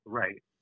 right